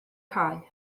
cae